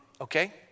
okay